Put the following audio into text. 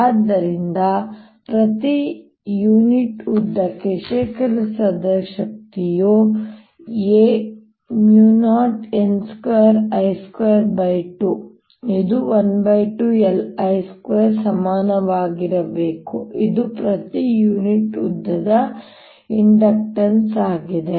ಆದ್ದರಿಂದ ಪ್ರತಿ ಯುನಿಟ್ ಉದ್ದಕ್ಕೆ ಶೇಖರಿಸಲಾದ ಶಕ್ತಿಯುa0n2I22 ಇದು 12LI2 ಸಮನಾಗಿರಬೇಕು ಇದು ಪ್ರತಿ ಯೂನಿಟ್ ಉದ್ದದ ಇಂಡಕ್ಟನ್ಸ್ ಆಗಿದೆ